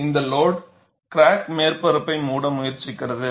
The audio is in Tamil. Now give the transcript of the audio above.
இங்கே லோடு கிராக் மேற்பரப்பை மூட முயற்சிக்கிறது